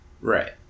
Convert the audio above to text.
Right